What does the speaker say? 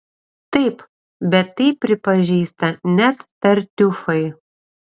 taip bet tai pripažįsta net tartiufai